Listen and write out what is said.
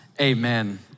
Amen